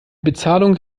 bezahlung